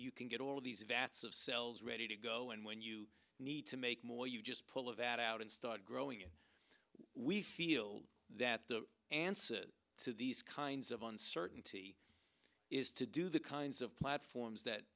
you can get all these vats of cells ready to go and when you need to make more you just pull it out and start growing it we feel that the answer to these kinds of uncertainty is to do the kinds of platforms that